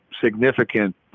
significant